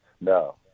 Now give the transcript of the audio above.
No